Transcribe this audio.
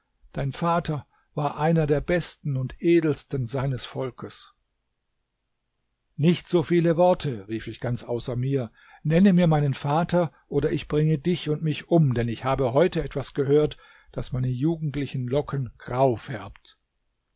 dein vater war einer der besten und edelsten seines volkes nicht so viele worte rief ich ganz außer mir nenne mir meinen vater oder ich bringe dich und mich um denn ich habe heute etwas gehört das meine jugendlichen locken grau färbt